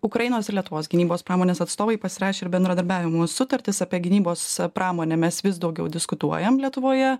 ukrainos ir lietuvos gynybos pramonės atstovai pasirašė bendradarbiavimo sutartis apie gynybos pramonę mes vis daugiau diskutuojam lietuvoje